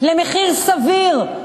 למחיר סביר.